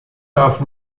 darf